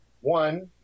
One